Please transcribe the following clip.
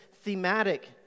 thematic